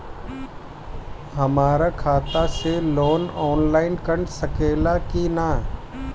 हमरा खाता से लोन ऑनलाइन कट सकले कि न?